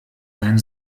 sein